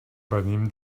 venim